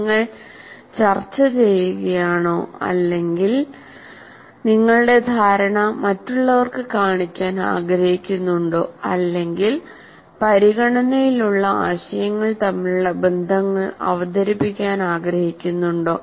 നിങ്ങൾ ചർച്ച ചെയ്യുകയാണോ അല്ലെങ്കിൽ നിങ്ങളുടെ ധാരണ മറ്റുള്ളവർക്ക് കാണിക്കാൻ ആഗ്രഹിക്കുന്നുണ്ടോ അല്ലെങ്കിൽ പരിഗണനയിലുള്ള ആശയങ്ങൾ തമ്മിലുള്ള ബന്ധങ്ങൾ അവതരിപ്പിക്കാൻ ആഗ്രഹിക്കുന്നുണ്ടോ